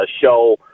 show